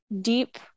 deep